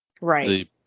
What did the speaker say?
Right